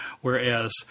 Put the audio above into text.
Whereas